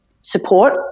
support